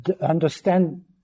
understand